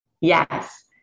Yes